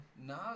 No